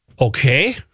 Okay